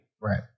Right